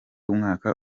umwaka